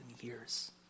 years